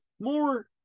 more